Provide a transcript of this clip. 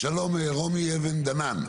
שלום ידידי ומכובדי,